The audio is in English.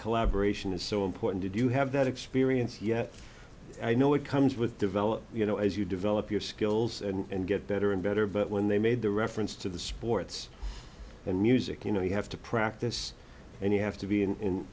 collaboration is so important to do you have that experience yet i know it comes with develop you know as you develop your skills and get better and better but when they made the reference to the sports and music you know you have to practice and you have to be in